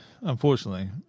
unfortunately